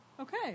Okay